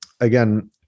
again